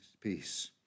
peace